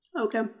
Okay